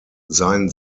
sein